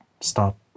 stop